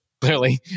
Clearly